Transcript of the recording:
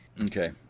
Okay